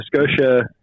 Scotia